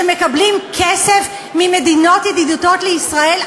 שמקבלים כסף ממדינות ידידותיות לישראל,